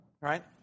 right